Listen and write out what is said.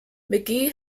mcgee